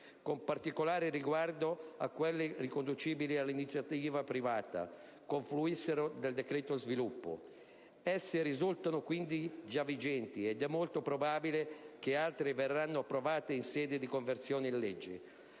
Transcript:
con particolare riguardo a quelle riconducibili all'iniziativa privata, confluissero nel «decreto sviluppo». Esse risultano quindi già vigenti ed è molto probabile che altre verranno approvate in sede di conversione in legge.